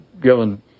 given